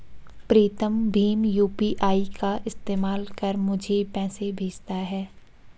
प्रीतम भीम यू.पी.आई का इस्तेमाल कर मुझे पैसे भेजता है